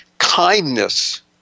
Kindness